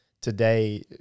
today